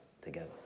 together